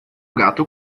gato